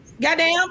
Goddamn